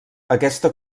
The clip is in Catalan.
aquesta